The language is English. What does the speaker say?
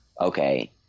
okay